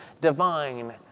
divine